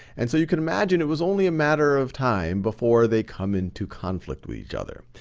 and so you can imagine, it was only a matter of time before they come into conflict with each other.